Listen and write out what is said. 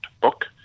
book